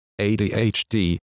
ADHD